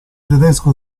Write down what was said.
tedesco